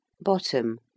Bottom